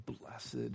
blessed